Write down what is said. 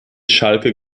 schalke